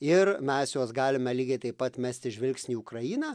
ir mes juos galime lygiai taip pat mesti žvilgsnį į ukrainą